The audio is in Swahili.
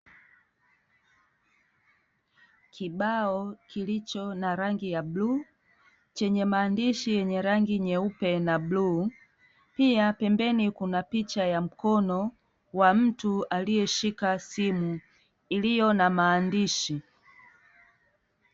Kibao kilicho na rangi ya buluu chenye maandishi yenye rangi nyeupe na buluu pia pembeni kuna picha ya mkono wa mtu aliyeshika simu iliyo na maandishi.